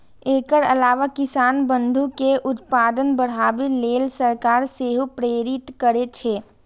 एकर अलावा किसान बंधु कें उत्पादन बढ़ाबै लेल सरकार सेहो प्रेरित करै छै